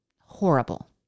horrible